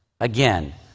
again